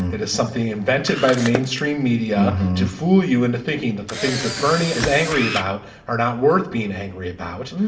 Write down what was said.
it is something invented by the mainstream media to fool you into thinking that the things that bernie is angry about are not worth being angry about.